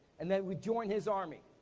and they would join his army.